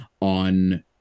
on